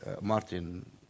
Martin